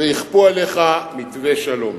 ויכפו עליך מתווה שלום.